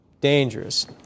dangerous